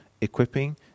equipping